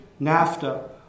NAFTA